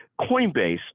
Coinbase